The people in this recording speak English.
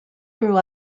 grew